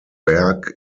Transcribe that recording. berg